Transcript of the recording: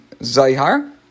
Zayhar